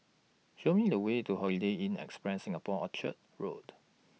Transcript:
Show Me The Way to Holiday Inn Express Singapore Orchard Road